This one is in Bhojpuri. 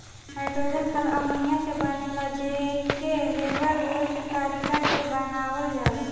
नाइट्रोजन खाद अमोनिआ से बनेला जे के हैबर बोच तारिका से बनावल जाला